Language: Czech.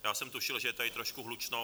Já jsem tušil, že je tady trošku hlučno.